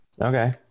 Okay